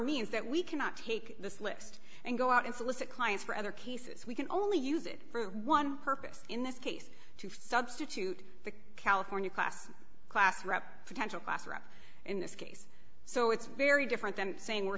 means that we cannot take this list and go out and solicit clients for other cases we can only use it for one purpose in this case to substitute the california class class rap potential class rap in this case so it's very different than saying we're